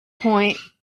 point